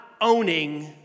owning